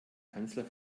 kanzler